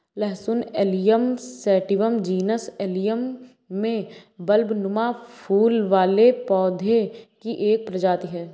लहसुन Allium sativum genus Allium में बल्बनुमा फूल वाले पौधे की एक प्रजाति है